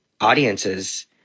audiences